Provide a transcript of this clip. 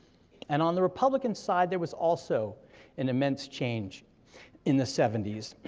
and on the republican side there was also an immense change in the seventy s.